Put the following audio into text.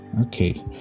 okay